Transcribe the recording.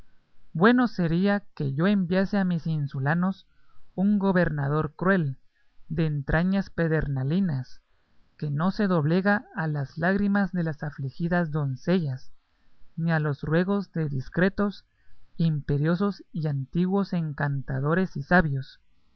bueno sería que yo enviase a mis insulanos un gobernador cruel de entrañas pedernalinas que no se doblega a las lágrimas de las afligidas doncellas ni a los ruegos de discretos imperiosos y antiguos encantadores y sabios